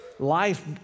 life